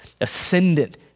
ascendant